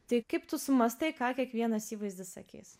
tai kaip tu susimąstai ką kiekvienas įvaizdis sakys